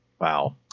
Wow